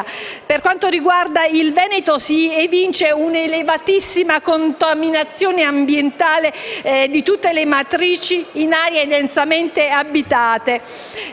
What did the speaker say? Per quanto riguarda il Veneto si evince un'elevatissima contaminazione ambientale, di tutte le matrici, in aree densamente abitate.